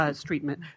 treatment